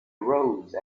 arose